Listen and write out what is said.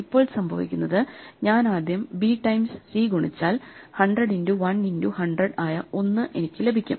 ഇപ്പോൾ സംഭവിക്കുന്നത് ഞാൻ ആദ്യം ബി ടൈംസ് സി ഗുണിച്ചാൽ 100 ഇന്റു 1 ഇന്റു 100 ആയ ഒന്ന് എനിക്ക് ലഭിക്കും